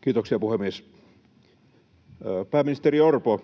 Kiitoksia, puhemies! Pääministeri Orpo,